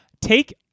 take